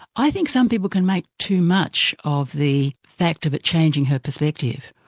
i think some people can make too much of the fact of it changing her perspective.